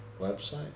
Website